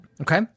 Okay